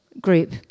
group